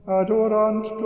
adorant